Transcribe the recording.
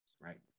right